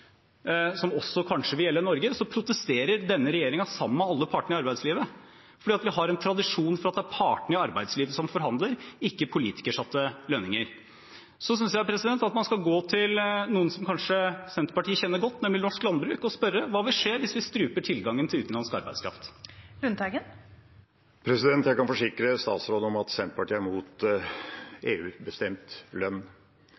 som kanskje også vil gjelde Norge, protesterer denne regjeringen, sammen med alle partene i arbeidslivet. For vi har en tradisjon for at det er partene i arbeidslivet som forhandler, ikke en tradisjon for politikersatte lønninger. Så synes jeg at man skal gå til noen som Senterpartiet kjenner godt, nemlig norsk landbruk, og spørre: Hva vil skje hvis vi struper tilgangen til utenlandsk arbeidskraft? Per Olaf Lundteigen – til oppfølgingsspørsmål. Jeg kan forsikre statsråden om at Senterpartiet er mot EU-bestemt lønn.